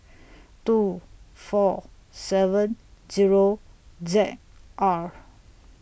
two four seven Zero Z R